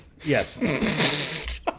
Yes